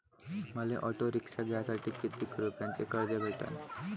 मले auto rickshaw घ्यासाठी कितीक रुपयाच कर्ज भेटनं?